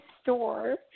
store